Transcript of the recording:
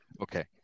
Okay